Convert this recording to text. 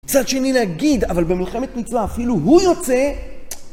קצת שני להגיד, אבל במלחמת מצווה אפילו הוא יוצא!